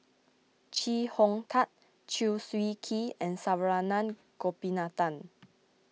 Chee Hong Tat Chew Swee Kee and Saravanan Gopinathan